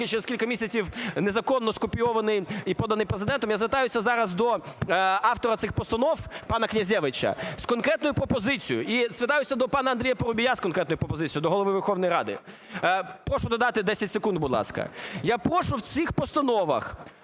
тільки через кілька місяців незаконно скопійований і поданий Президентом, я звертаюся зараз до автора цих постанов пана Князевича з конкретною пропозицією. І звертаюся до пана Андрія Парубія з конкретною пропозицією, до Голови Верховної Ради. Прошу додати 10 секунд, будь ласка. Я прошу в цих постановах